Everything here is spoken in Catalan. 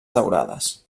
daurades